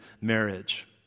marriage